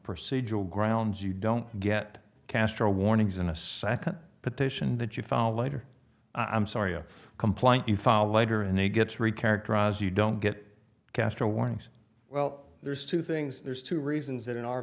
procedural grounds you don't get castro warnings in a second petition that you fall later i'm sorry a complaint you file later and he gets re characterize you don't get castro warnings well there's two things there's two reasons that in our